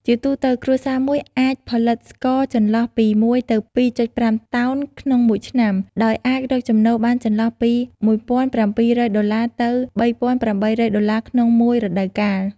ជាទូទៅ គ្រួសារមួយអាចផលិតស្ករចន្លោះពី១ទៅ២,៥តោន ក្នុងមួយឆ្នាំ ដោយអាចរកចំណូលបានចន្លោះពី១៧០០ដុល្លារទៅ៣៨០០ដុល្លារ ក្នុងមួយរដូវកាល។